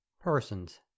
Persons